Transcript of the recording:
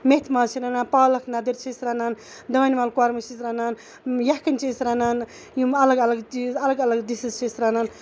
میتھِ ماز چھِ رَنان پالکھ نَدٔرۍ چھ أسۍ رَنان دانہِ ول کۄرمہٕ چھِ أسۍ رَنان یَخنۍ چھِ أسۍ رَنان یِم الگ الگ چیٖز یِم الگ الگ ڈِشز چھِ أسۍ رَنان